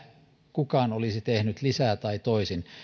kukaan olisi tehnyt lisää tai toisin